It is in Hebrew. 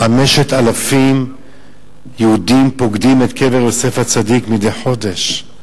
5,000 יהודים פוקדים את קבר יוסף הצדיק מדי חודש.